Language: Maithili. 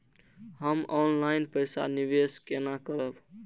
हम ऑनलाइन पैसा निवेश केना करब?